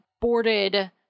boarded